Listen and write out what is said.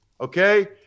Okay